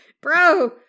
bro